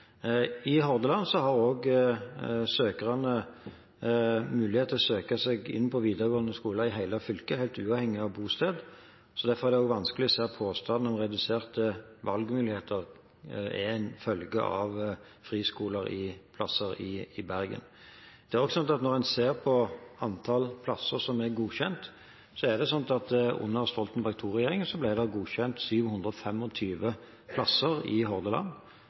I Hordaland har også søkerne mulighet til å søke seg inn på videregående skoler i hele fylket, helt uavhengig av bosted, så derfor er det vanskelig å se at påstanden om reduserte valgmuligheter er en følge av friskoleklasser i Bergen. Når en ser på antall plasser som er godkjent, er det slik at under Stoltenberg II-regjeringen ble det godkjent 725 plasser i Hordaland,